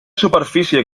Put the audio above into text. superfície